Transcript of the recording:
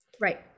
Right